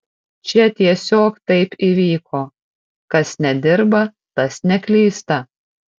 čia tiesiog taip įvyko kas nedirba tas neklysta